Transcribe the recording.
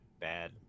bad